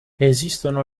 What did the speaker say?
esistono